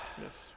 Yes